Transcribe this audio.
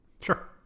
Sure